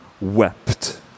wept